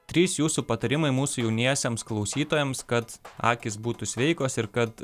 trys jūsų patarimai mūsų jauniesiems klausytojams kad akys būtų sveikos ir kad